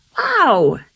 Wow